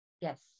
yes